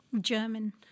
German